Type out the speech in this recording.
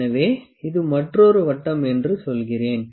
எனவே இது மற்றொரு வட்டம் என்று சொல்கிறேன்